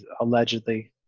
allegedly